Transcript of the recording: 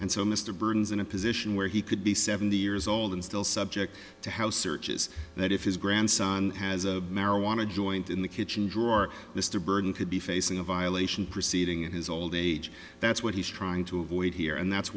so mr burns in a position where he could be seventy years old and still subject to house searches that if his grandson has a marijuana joint in the kitchen drawer mr burton could be facing a violation proceeding of his old age that's what he's trying to avoid here and that's